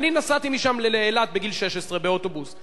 אני נסעתי משם לאילת בגיל 16 באוטובוס,